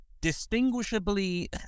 distinguishably